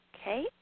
Okay